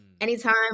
anytime